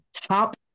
top